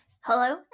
Hello